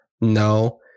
No